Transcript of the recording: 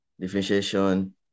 differentiation